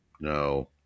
No